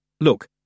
Look